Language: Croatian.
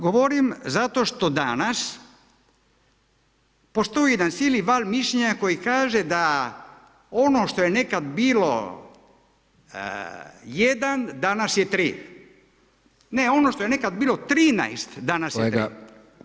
Govorim zato što danas postoji jedan cijeli val mišljenja koji kaže da ono što je nekad bilo jedan danas je 3. Ne ono što je nekad bilo 13, danas je